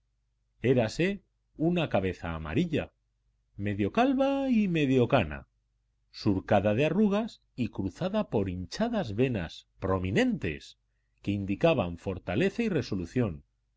érase una cabeza amarilla medio calva y medio cana surcada de arrugas y cruzada por hinchadas venas prominentes que indicaban fortaleza y resolución